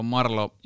Marlo